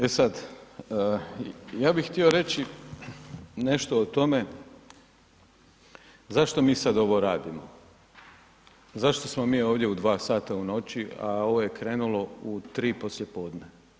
E sad, ja bih htio reći nešto o tome zašto mi sada ovo radimo, zašto smo mi ovdje u 2 sata u noći a ovo je krenulo u 3 poslije podne.